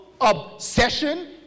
obsession